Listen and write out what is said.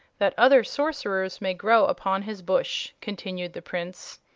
that other sorcerers may grow upon his bush, continued the prince.